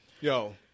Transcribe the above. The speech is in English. Yo